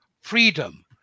freedom